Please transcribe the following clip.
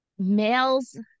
Males